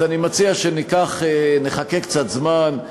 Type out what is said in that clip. אז אני מציע שנחכה קצת זמן,